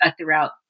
throughout